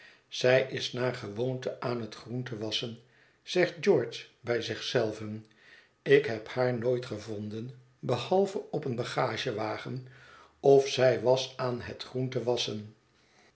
zij is naar gewoonte aan het groente wasschen zegt george bij zich zelven ik heb haar nooit gevonden behalve op een bagagewagen of zij was aan het groente wasschen